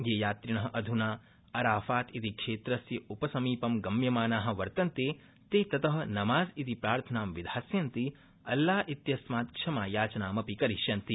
ये यात्रिण अध्ना अराफातइति क्षेत्रस्य उपसमीपं गम्यमाना वर्तन्ते ते तत नमाज़ इति प्रार्थनां विधास्यन्ति अल्लाह इत्यस्मात् क्षमायाचनामपि करिष्यन्ति